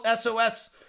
SOS